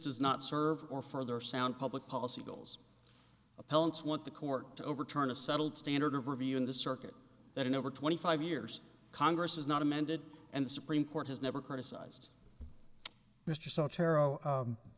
does not serve or further sound public policy goals appellants what the court to overturn a settled standard of review in the circuit that in over twenty five years congress has not amended and the supreme court has never criticized mr